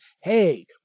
hey